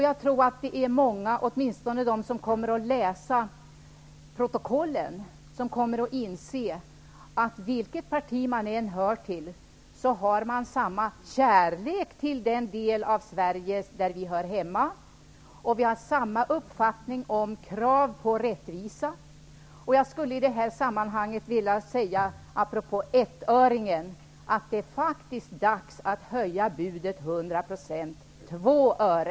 Jag tror att många -- åtminstone de som läser protokollen -- kommer att inse att vi har samma kärlek till den del av Sverige där vi hör hemma oavsett vilket parti vi tillhör. Vi har samma uppfattning om krav på rättvisa. Jag skulle i det här sammanhanget, apropå ettöringen, vilja säga att det faktiskt är dags att höja budet med 100 %: 2 öre!